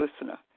listener